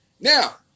Now